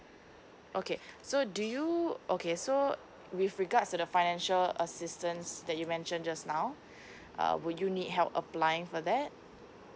okay so do you okay so with regards to the financial assistance that you mention just now uh would you need help applying for that